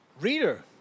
reader